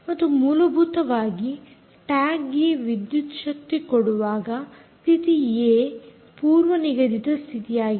ಮತ್ತು ಮೂಲಭೂತವಾಗಿ ಟ್ಯಾಗ್ಗೆ ವಿದ್ಯುತ್ ಶಕ್ತಿ ಕೊಡುವಾಗ ಸ್ಥಿತಿ ಏ ಪೂರ್ವನಿಗದಿತ ಸ್ಥಿತಿಯಾಗಿದೆ